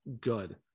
good